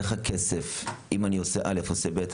מה עם הכסף אם אני עושה א2 או עושה ב'.